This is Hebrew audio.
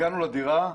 הגענו לדירה,